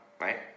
right